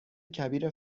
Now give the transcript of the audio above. کبیر